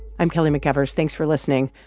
i'm kelly mcevers. thanks for listening.